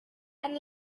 and